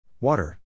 Water